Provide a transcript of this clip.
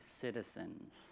citizens